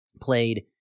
Played